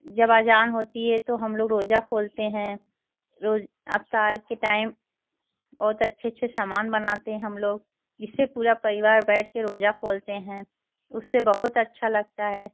जब अज़ान होती है तो हम लोग रोज़ा खोलते हैं रोज़ इफ्तार के टाइम बहुत अच्छे अच्छे सामान बनाते हैं हम लोग इससे पूरा परिवार बैठकर रोज़ा खोलते हैं उससे बहुत अच्छा लगता है